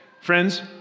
Friends